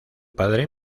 padre